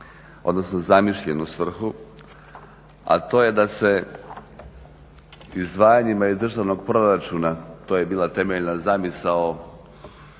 odnosno zamišljenu svrhu, a to je da se izdvajanjima iz državnog proračuna to je bila temeljna zamisao